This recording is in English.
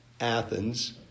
Athens